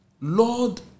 Lord